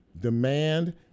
demand